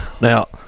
Now